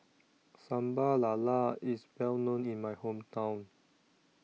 Sambal Lala IS Well known in My Hometown